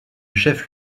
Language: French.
chef